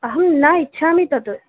अहं न इच्छामि तत्